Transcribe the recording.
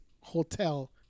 hotel